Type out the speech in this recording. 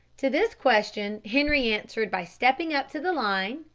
to this question henri answered by stepping up to the line,